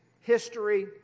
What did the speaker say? history